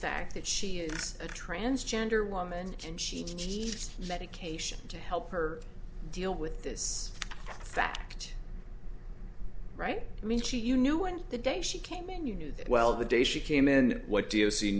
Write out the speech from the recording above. fact that she is a transgender woman can she get medication to help her deal with this fact right i mean you knew when the day she came in you knew that well the day she came in what do you see